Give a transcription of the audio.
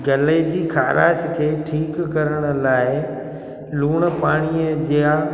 गले जी ख़ाराश खे ठीकु करणु लाइ लूणु पाणीअ जा